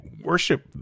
worship